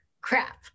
crap